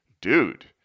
Dude